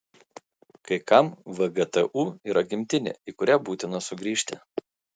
kai kam vgtu yra gimtinė į kurią būtina sugrįžti